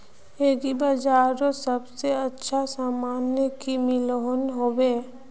Agri बजारोत सबसे अच्छा सामान की मिलोहो होबे?